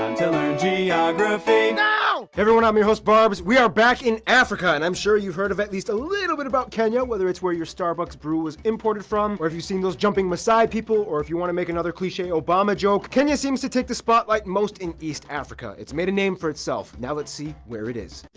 um to learn geography! now! hey everyone, i'm your host barbs we are back in africa, and i'm sure you've heard of at least a little bit about kenya, whether it's where your starbucks brew is imported from, or if you've seen those jumping masai people, or if you want to make another cliche obama joke, kenya seems to take the spotlight most in east africa. it's made a name for itself. now let's see where it is.